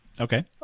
okay